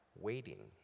waiting